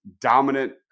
dominant